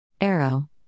Arrow